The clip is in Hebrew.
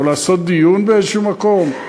או לעשות דיון במקום כלשהו?